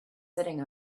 sitting